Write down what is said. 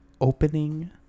opening